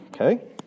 Okay